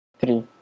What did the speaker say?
three